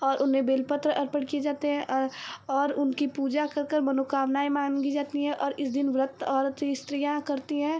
और उन्हें बेलपत्र अर्पण किए जाते हैं और उनकी पूजा कर कर मनोकामनाएँ माँगी जाती हैं और इस दिन व्रत औरत स्त्रियाँ करती हैं